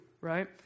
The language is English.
right